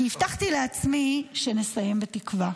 כי הבטחתי לעצמי שנסיים בתקווה.